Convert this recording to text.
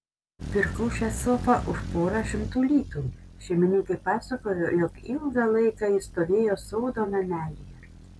pirkau šią sofą už porą šimtų litų šeimininkai pasakojo jog ilgą laiką ji stovėjo sodo namelyje